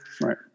right